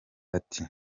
ati